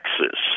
Texas